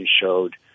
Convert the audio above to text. showed